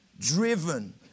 driven